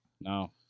No